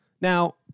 Now